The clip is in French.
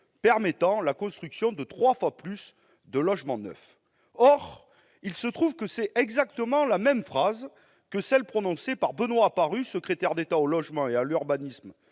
permettant la construction de trois fois plus de logements neufs. Or il se trouve que c'est exactement la phrase qu'a prononcée Benoist Apparu, secrétaire d'État chargé du logement et de l'urbanisme